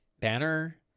banner